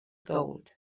gold